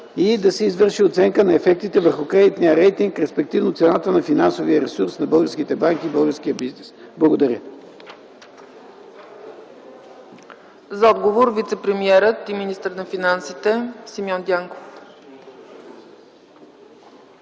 и да се извърши оценка на ефектите върху кредитния рейтинг, респективно цената на финансовия ресурс на българските банки и българския бизнес. Благодаря. ПРЕДСЕДАТЕЛ ЦЕЦКА ЦАЧЕВА: За отговор – вицепремиерът и министър на финансите Симеон Дянков.